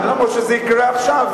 זה לא יקרה עכשיו,